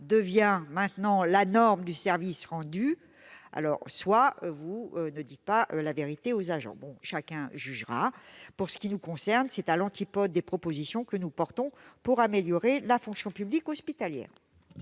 devient maintenant la norme du service rendu ... Vous ne dites pas la vérité aux agents ; chacun jugera ! Pour ce qui nous concerne, cet article est à l'antipode des propositions que nous portons pour améliorer la fonction publique hospitalière.